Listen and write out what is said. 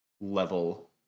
level